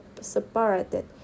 separated